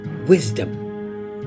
wisdom